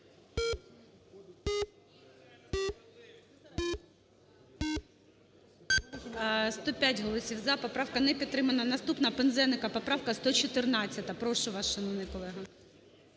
105 голосів "за". Поправка не підтримана. Наступна Пинзеника поправка 114. Прошу вас, шановний колега.